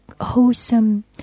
wholesome